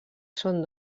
són